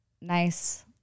nice